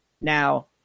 Now